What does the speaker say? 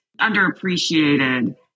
underappreciated